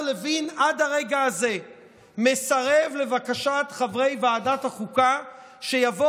הרגע הזה השר לוין מסרב לבקשת חברי ועדת החוקה שיבוא